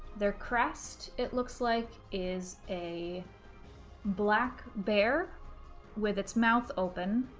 their crest, it looks like, is a black bear with its mouth open,